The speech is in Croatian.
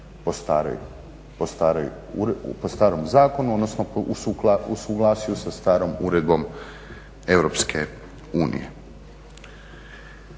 po starom zakonu, odnosno u suglasju sa starom uredbom EU.